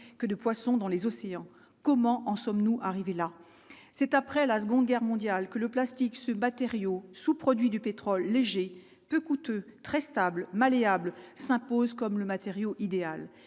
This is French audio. que de poissons dans les océans, comment en sommes-nous arrivés là, c'est après la Seconde Guerre mondiale, que le plastique se battaient Rio sous-produit du pétrole léger, peu coûteux, très stable malléable, s'impose comme le matériau idéal,